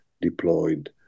deployed